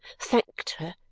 thanked her,